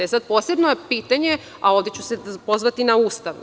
Posebno pitanje, a ovde ću se pozvati na Ustav.